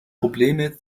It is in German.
probleme